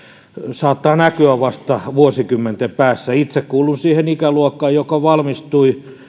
saattaa näkyä vasta vuosikymmenten päästä itse kuulun siihen ikäluokkaan joka valmistui